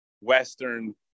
Western